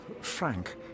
Frank